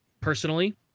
personally